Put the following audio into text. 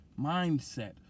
mindset